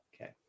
Okay